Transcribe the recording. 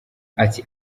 ati